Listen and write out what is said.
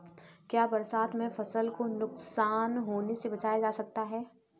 क्या बरसात में फसल को नुकसान होने से बचाया जा सकता है?